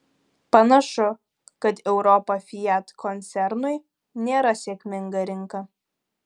panašu kad europa fiat koncernui nėra sėkminga rinka